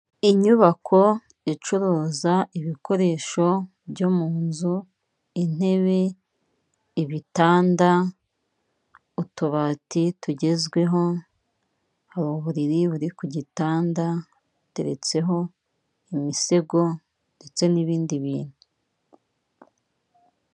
Inyubako icuruza ibikoresho byo mu nzu intebe, ibitanda, utubati tugezweho, hari uburiri buri ku gitanda butetseho imisego ndetse n'ibindi bintu.